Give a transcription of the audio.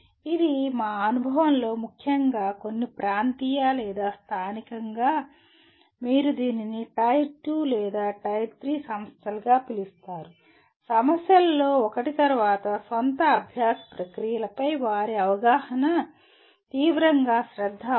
ఇది మా అనుభవంలో ముఖ్యంగా కొన్ని ప్రాంతీయ లేదా స్థానికంగా మీరు దీనిని టైర్ 2 లేదా టైర్ 3 సంస్థలుగా పిలుస్తారు సమస్యలలో ఒకటి వారి స్వంత అభ్యాస ప్రక్రియలపై వారి అవగాహన తీవ్రంగా శ్రద్ధ అవసరం